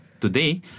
today